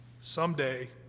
someday